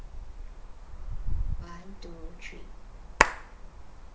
one two three